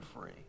free